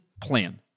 plan